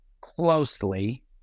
closely